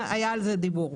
היה על זה דיבור.